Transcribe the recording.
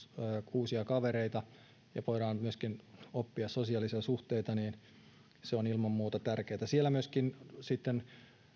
uusia kavereita ja voidaan myöskin oppia sosiaalisia suhteita se on ilman muuta tärkeätä siellä myöskin sitten